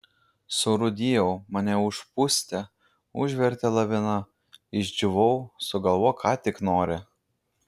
surūdijau mane užpustė užvertė lavina išdžiūvau sugalvok ką tik nori